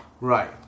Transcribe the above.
Right